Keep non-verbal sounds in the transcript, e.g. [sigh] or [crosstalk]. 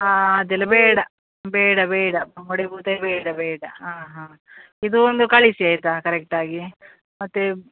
ಹಾಂ ಅದೆಲ್ಲ ಬೇಡಾ ಬೇಡಾ ಬೇಡಾ [unintelligible] ಬೇಡಾ ಬೇಡಾ ಹಾಂ ಹಾಂ ಇದು ಒಂದು ಕಳಿಸಿ ಆಯಿತಾ ಕರೆಕ್ಟ್ ಆಗಿ ಮತ್ತು